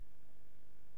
ישיבה זו נעולה,